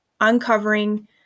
uncovering